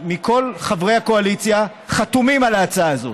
חברי הקואליציה, חתומים על ההצעה הזאת.